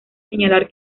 señalar